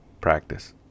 Practice